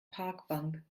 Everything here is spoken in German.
parkbank